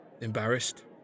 Embarrassed